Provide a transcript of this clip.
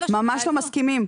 ממש לא מסכימים.